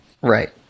Right